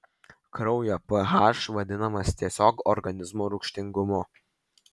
kraujo ph vadinamas tiesiog organizmo rūgštingumu